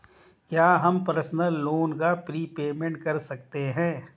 क्या हम personal loan का प्रीपेमेंट कर सकते हैं?